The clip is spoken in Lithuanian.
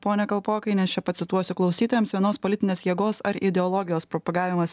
pone kalpokai nes čia pacituosiu klausytojams vienos politinės jėgos ar ideologijos propagavimas